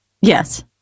Yes